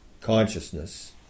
consciousness